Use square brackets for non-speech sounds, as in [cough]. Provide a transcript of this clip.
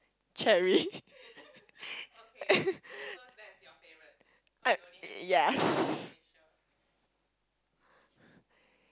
cherry [laughs] uh yes